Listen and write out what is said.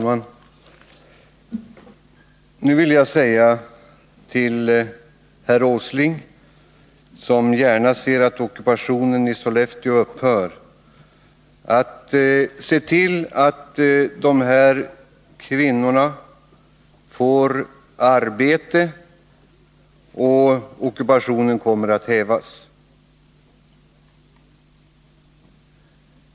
Herr talman! Jag vill säga till herr Åsling, som gärna ser att ockupationen i Sollefteå upphör: Se till att dessa kvinnor får arbete, och ockupationen kommer att hävas!